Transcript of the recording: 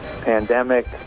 pandemic